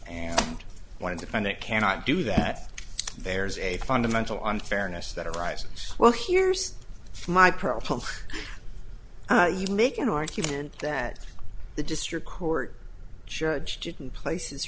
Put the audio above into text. and want to find it cannot do that there's a fundamental unfairness that arises well here's my problem you make an argument that the district court judge didn't places